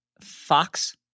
Fox